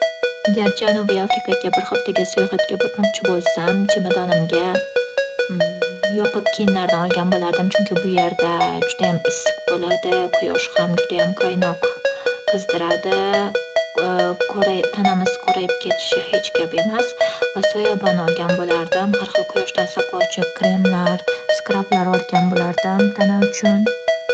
Agar Janubiy Afrikaga bir haftaga sayohatga bormoqchi bo'lsam, chemadonimga yopiq kiyimlardan olgan bo'lardim. Chunki u yerda judayam issiq bo'ladi. Quyosh ham judayam qaynoq qizdiradi. qora- tanamiz qorayib ketishi hech gap emas va soyabon olgan bo'lardim. Har xil quyoshdan saqlovchi kremlar, skrablar olgan bo'lardim tana uchun.